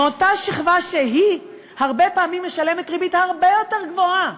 אותה שכבה שהרבה פעמים משלמת ריבית הרבה יותר גבוהה